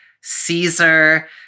Caesar